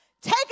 Take